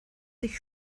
sich